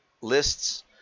lists